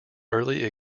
early